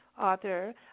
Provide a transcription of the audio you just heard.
author